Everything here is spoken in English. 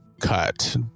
cut